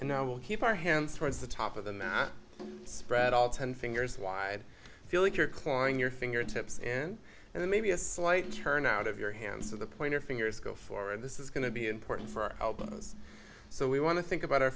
and now we'll keep our hands towards the top of the mat spread all ten fingers wide feel like you're clawing your fingertips and then maybe a slight turn out of your hands of the pointer fingers go far and this is going to be important for albums so we want to think about our